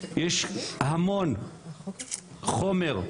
יש המון חומר.